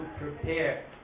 prepare